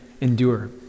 endure